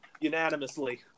unanimously